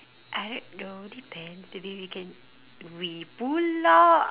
I don't know depends maybe we can we pula